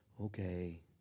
Okay